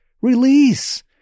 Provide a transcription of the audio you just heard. release